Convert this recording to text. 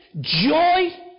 Joy